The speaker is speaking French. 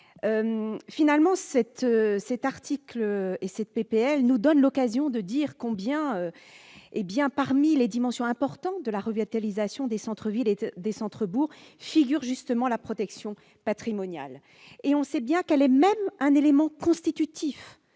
Finalement, cet article 7 de la proposition de loi nous donne l'occasion de dire que, parmi les dimensions de la revitalisation des centres-villes et des centres-bourgs, figure justement la protection patrimoniale. Nous savons bien qu'elle en est même un élément constitutif.